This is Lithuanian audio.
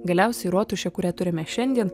galiausiai rotušė kurią turime šiandien